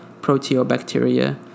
Proteobacteria